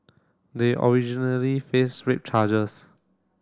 they originally faced rape charges